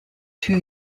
two